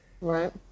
right